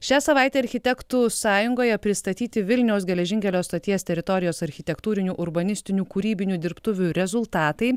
šią savaitę architektų sąjungoje pristatyti vilniaus geležinkelio stoties teritorijos architektūrinių urbanistinių kūrybinių dirbtuvių rezultatai